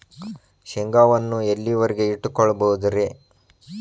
ಶೇಂಗಾವನ್ನು ಎಲ್ಲಿಯವರೆಗೂ ಇಟ್ಟು ಕೊಳ್ಳಬಹುದು ರೇ?